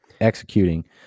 executing